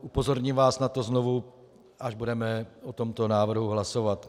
Upozorním vás na to znovu, až budeme o tomto návrhu hlasovat.